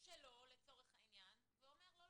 שלו ואומר לא,